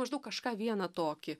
maždaug kažką vieną tokį